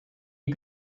you